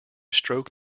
stroke